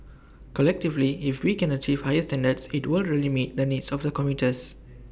collectively if we can achieve higher standards IT will really meet the needs of the commuters